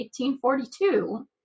1842